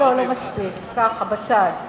לא מספיק, ככה בצד.